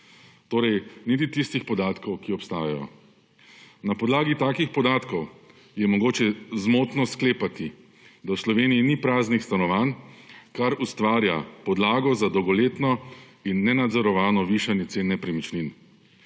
Torej niti tistih podatkov, ki obstajajo. Na podlagi takih podatkov je mogoče zmotno sklepati, da v Sloveniji ni praznih stanovanj, kar ustvarja podlago za dolgoletno in nenadzorovano višanje cen nepremičnin.